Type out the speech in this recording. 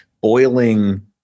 boiling